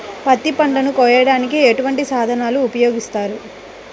పత్తి పంటను కోయటానికి ఎటువంటి సాధనలు ఉపయోగిస్తారు?